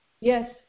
Yes